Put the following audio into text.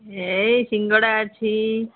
ଏଇ ସିଙ୍ଗଡ଼ା ଅଛି